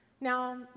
now